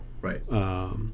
right